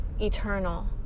eternal